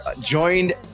joined